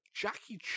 jackie